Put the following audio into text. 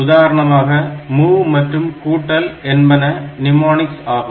உதாரணமாக மூவ் மற்றும் கூட்டல் என்பன நிமோநிக்ஸ் ஆகும்